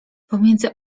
pomiędzy